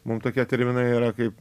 mum tokie terminai yra kaip